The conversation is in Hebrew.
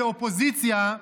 כאופוזיציה,